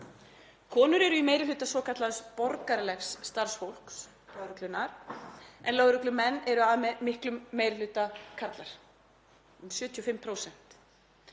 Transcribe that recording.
Konur eru í meiri hluta svokallaðs borgaralegs starfsfólks lögreglunnar en lögreglumenn eru að miklum meiri hluta karlar, um 75%.